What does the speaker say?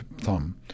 thumb